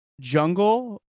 Jungle